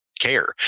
care